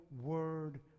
Word